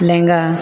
ᱞᱮᱸᱜᱟ